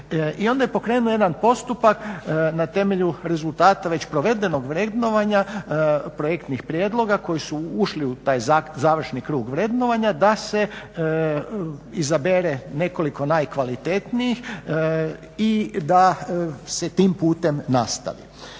I onda je pokrenuo jedan postupak na temelju rezultata već provedenog vrednovanja projektnih prijedloga koji su ušli u taj završni krug vrednovanja da se izabere nekoliko najkvalitetnijih i da se tim putem nastavi.